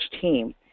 team